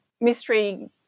mystery